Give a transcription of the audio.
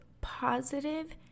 positive